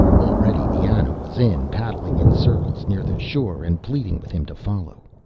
already the ana was in, paddling in circles near the shore and pleading with him to follow.